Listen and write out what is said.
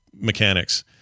mechanics